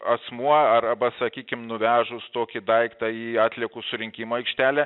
asmuo arba sakykim nuvežus tokį daiktą į atliekų surinkimo aikštelę